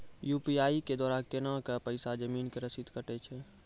UPI के द्वारा केना कऽ पैसा जमीन के रसीद कटैय छै?